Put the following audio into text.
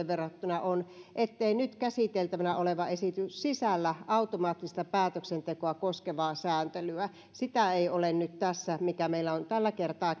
verrattuna on ettei nyt käsiteltävänä oleva esitys sisällä automaattista päätöksentekoa koskevaa sääntelyä sitä ei ole nyt tässä mikä meillä on tällä kertaa